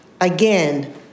again